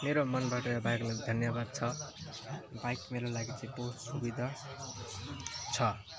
मेरो मनबाट बाइकलाई धन्यवाद छ बाइक मेरो लागि चाहिँ बहुत सुविधा छ